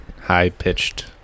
High-pitched